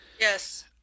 Yes